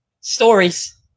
Stories